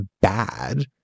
bad